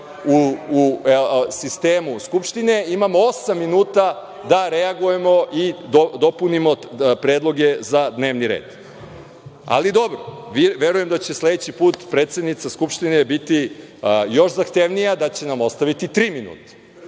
u sistemu Skupštine, imamo osam minuta da reagujemo i dopunimo predloge za dnevni red. Ali, dobro, verujem da će sledeći put predsednica Skupštine biti još zahtevnija, da će nam ostaviti tri minuta,